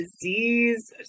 disease